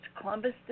Columbus